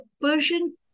Persian